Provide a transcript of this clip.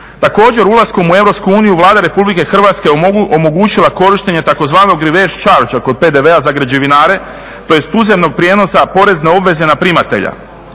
Također ulaskom u Europsku uniju Vlada Republike Hrvatske omogućila je korištenje tzv. reverse charge kod PDV-a za građevinare, tj. uzajamnog prijenosa porezne obveze na primatelja.